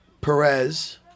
Perez